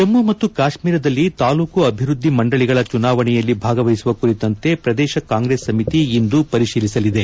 ಜಮ್ನು ಮತ್ತು ಕಾಶ್ಮೀರದಲ್ಲಿ ತಾಲೂಕು ಅಭಿವ್ಯದ್ದಿ ಮಂಡಳಿಗಳ ಚುನಾವಣೆಯಲ್ಲಿ ಭಾಗವಹಿಸುವ ಕುರಿತಂತೆ ಪ್ರದೇಶ ಕಾಂಗ್ರೆಸ್ ಸಮಿತಿ ಇಂದು ಪರಿಶೀಲಿಸಲಿದೆ